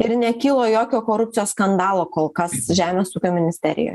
ir nekilo jokio korupcijos skandalo kol kas žemės ūkio ministerijoj